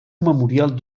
memorial